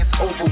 over